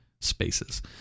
spaces